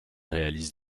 réalise